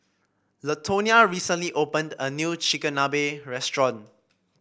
Latonia recently opened a new Chigenabe restaurant